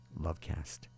Lovecast